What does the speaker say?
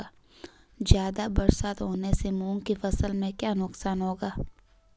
ज़्यादा बरसात होने से मूंग की फसल में क्या नुकसान होगा?